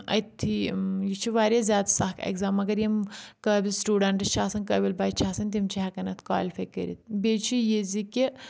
أتھِی یہِ چھُ واریاہ زیادٕ سخ ایٚگزام مگر یِم قٲبِل سٹوٗڈنٛٹس چھِ آسن قٲبِل بَچہٕ چھِ آسن تِم چھِ ہؠکن اَتھ کالِفاے کٔرِتھ بیٚیہِ چھِ یہِ زِ کہِ